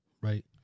right